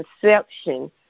conception